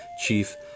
Chief